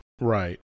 Right